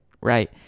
right